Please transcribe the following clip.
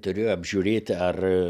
turiu apžiūrėti ar